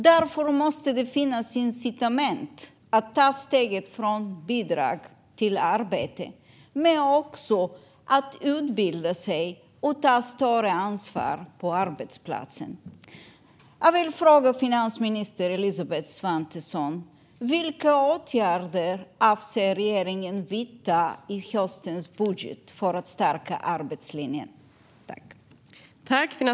Därför måste det finnas incitament för att ta steget från bidrag till arbete men också för att utbilda sig och ta större ansvar på arbetsplatsen. Jag vill fråga finansminister Elisabeth Svantesson: Vilka åtgärder avser regeringen att vidta i höstens budget för att stärka arbetslinjen?